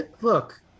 look